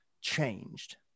changed